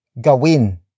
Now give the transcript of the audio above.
gawin